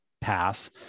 pass